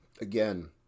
again